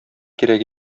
кирәк